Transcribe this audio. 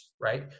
right